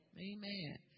Amen